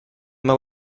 mae